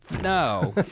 No